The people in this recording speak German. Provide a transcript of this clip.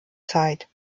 zeit